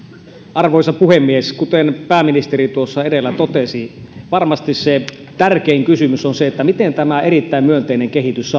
arvoisa puhemies kuten pääministeri tuossa edellä totesi varmasti se tärkein kysymys on se miten tämä erittäin myönteinen kehitys